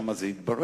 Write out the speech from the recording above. שם זה יתברר,